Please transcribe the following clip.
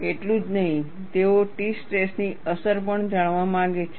એટલું જ નહીં તેઓ ટી સ્ટ્રેસની અસર પણ જાણવા માગે છે